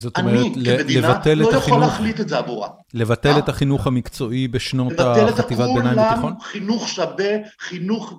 זאת אומרת, לבטל את החינוך המקצועי בשנות חטיבת ביניים התיכון? אני כמדינה, לא יכול להחליט זאת עבורה, לבטל לכולם חינוך שווה, חינוך...